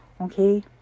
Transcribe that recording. okay